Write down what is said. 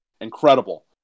Incredible